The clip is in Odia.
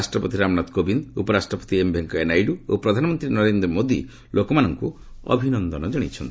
ରାଷ୍ଟ୍ରପତି ରାମନାଥ କୋବିନ୍ଦ୍ ଉପରାଷ୍ଟ୍ରପତି ଏମ୍ ଭେଙ୍କିୟା ନାଇଡୁ ଓ ପ୍ରଧାନମନ୍ତ୍ରୀ ନରେନ୍ଦ୍ର ମୋଦି ଲୋକମାନଙ୍କୁ ଅଭିନନ୍ଦନ ଜଣାଇଛନ୍ତି